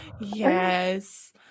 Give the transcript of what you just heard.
Yes